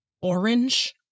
Orange